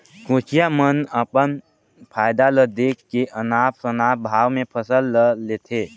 कोचिया मन अपन फायदा ल देख के अनाप शनाप भाव में फसल ल लेथे